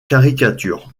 caricatures